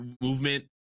movement